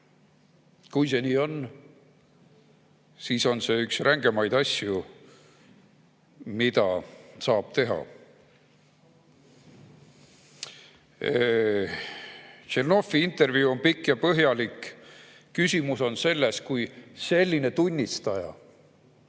Kui see nii on, siis on see üks rängemaid asju, mida saab teha. Tšernovi intervjuu on pikk ja põhjalik. Küsimus on selles, kui selline tunnistaja